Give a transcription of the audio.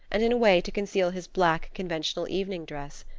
and in a way to conceal his black, conventional evening dress.